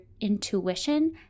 intuition